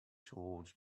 towards